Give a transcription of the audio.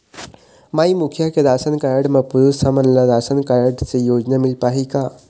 माई मुखिया के ration card म पुरुष हमन ला राशन कारड से योजना मिल पाही का?